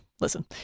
Listen